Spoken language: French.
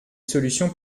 solution